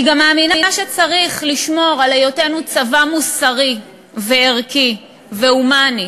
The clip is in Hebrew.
אני גם מאמינה שצריך לשמור על היותנו צבא מוסרי וערכי והומני,